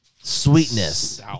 sweetness